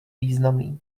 významný